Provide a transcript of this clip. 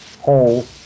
hole